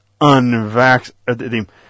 unvaccinated